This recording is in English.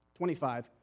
25